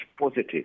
positive